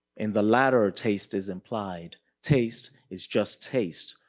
in the latter, ah taste is implied, taste is just taste,